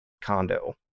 condo